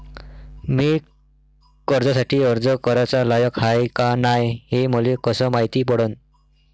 मी कर्जासाठी अर्ज कराचा लायक हाय का नाय हे मले कसं मायती पडन?